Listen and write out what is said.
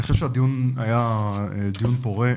אני חושב שהדיון היה דיון פורה,